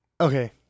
okay